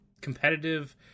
competitive